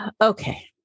okay